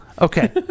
Okay